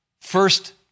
first